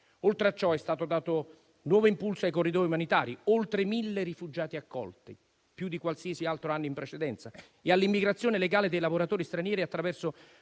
Oltre a ciò, è stato dato nuovo impulso ai corridoi umanitari - oltre mille rifugiati accolti, più di qualsiasi anno precedente - e all'immigrazione legale dei lavoratori stranieri attraverso